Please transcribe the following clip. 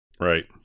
right